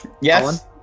Yes